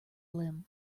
limb